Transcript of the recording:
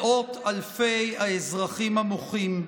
מאות אלפי האזרחים המוחים,